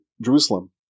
Jerusalem